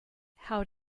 how